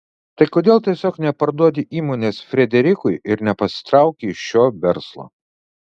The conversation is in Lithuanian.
tai kodėl tiesiog neparduodi įmonės frederikui ir nepasitrauki iš šio verslo